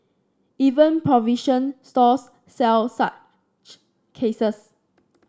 even provision stores sell such cases